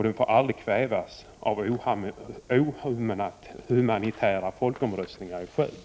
Den får aldrig kvävas av inhumana folkomröstningar i Sjöbo.